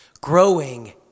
growing